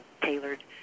tailored